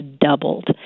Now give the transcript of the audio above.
doubled